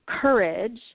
Courage